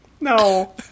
No